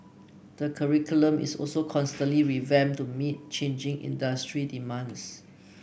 the curriculum is also constantly revamped to meet changing industry demands